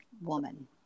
woman